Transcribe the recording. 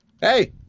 hey